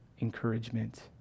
encouragement